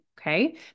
Okay